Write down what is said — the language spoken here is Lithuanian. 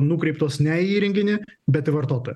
nukreiptos ne į įrenginį bet į vartotoją